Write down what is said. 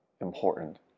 important